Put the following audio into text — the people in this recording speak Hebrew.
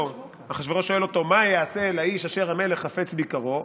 אחשוורוש שואל אותו: מה יעשה לאיש אשר המלך חפץ ביקרו?